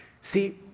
See